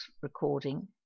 recording